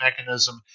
mechanism